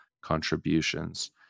contributions